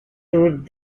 toured